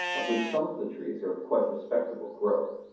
of which some of the trees are of quite respectable growth.